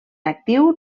actiu